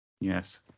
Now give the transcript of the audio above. Yes